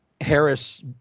harris